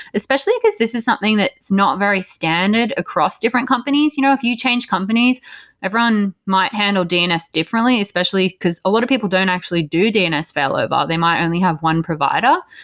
especially because this is something that's not very across different companies. you know if you change companies i've run, might handle dns differently, especially because a lot of people don't actually do dns failover. ah they might only have one provider.